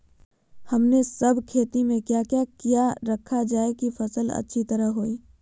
हमने सब खेती में क्या क्या किया रखा जाए की फसल अच्छी तरह होई?